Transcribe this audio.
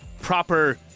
proper